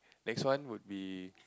next one would be